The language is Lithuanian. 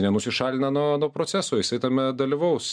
nenusišalina nuo nuo proceso jisai tame dalyvaus